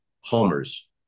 homers